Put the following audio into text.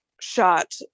shot